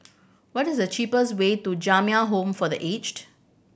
what is the cheapest way to Jamiyah Home for The Aged